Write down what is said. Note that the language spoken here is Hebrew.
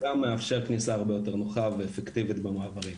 גם מאפשר כניסה הרבה יותר נוחה ואפקטיבית במעברים.